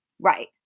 Right